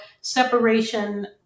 separation